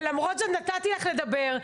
ולמרות זה נתתי לך לדבר.